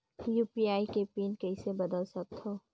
UPI के PIN कइसे बदल सकथव?